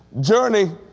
journey